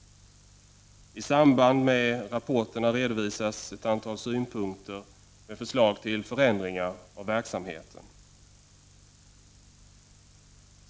I samband med rapporterna redovisas ett antal synpunkter med förslag till förändringar av verksamheten.